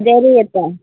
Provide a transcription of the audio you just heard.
जवारी येता